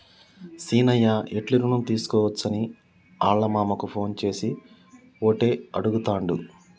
సీనయ్య ఎట్లి రుణం తీసుకోవచ్చని ఆళ్ళ మామకు ఫోన్ చేసి ఓటే అడుగుతాండు